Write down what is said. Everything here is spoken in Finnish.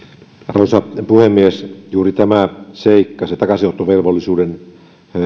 arvoisa puhemies juuri tämä seikka se takaisinottovelvollisuuden